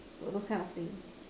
those those kind of thing